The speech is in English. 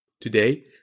Today